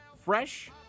Fresh